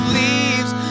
leaves